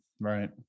right